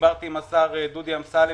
דיברתי עם השר דודי אמסלם,